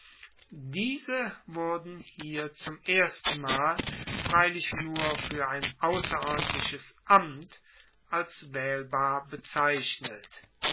diese wurden hier zum erstenmal freilich nur fuer ein ausserordentliches amt als waehlbar bezeichnet